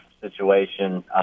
situation